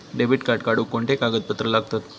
Debit card काढुक कोणते कागदपत्र लागतत?